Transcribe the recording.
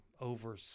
over